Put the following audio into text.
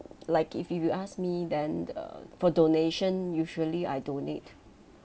like if you ask me then err for donation usually I donate